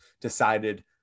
decided